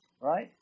Right